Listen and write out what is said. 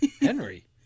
Henry